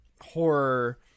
horror